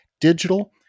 digital